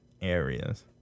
areas